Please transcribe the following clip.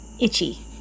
Itchy